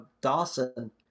Dawson